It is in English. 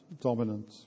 dominant